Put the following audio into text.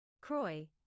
Croy